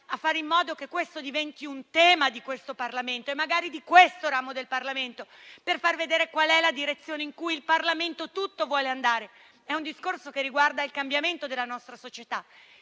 fare in modo che questo diventi un tema del Parlamento e magari di questo ramo del Parlamento, per far vedere qual è la direzione in cui tutto il Parlamento vuole andare. È un discorso che riguarda il cambiamento della nostra società,